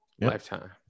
Lifetime